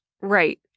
Right